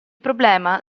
problema